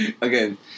again